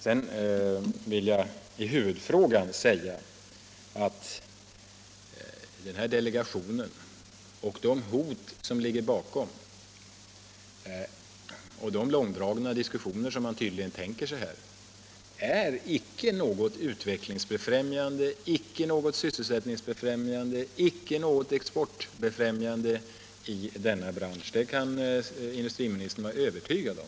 63 I huvudfrågan vill jag säga att talet om den här delegationen och de hot som ligger bakom och de långdragna diskussioner här som man tydligen tänker sig icke är någonting utvecklingsbefrämjande, icke är någonting sysselsättningsbefrämjande och icke är någonting exportbefrämjande för denna bransch; det kan industriministern vara övertygad om.